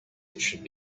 should